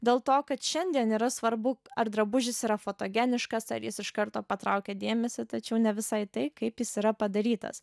dėl to kad šiandien yra svarbu ar drabužis yra fotogeniškas ar jis iš karto patraukia dėmesį tačiau ne visai tai kaip jis yra padarytas